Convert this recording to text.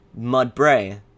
Mudbray